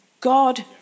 God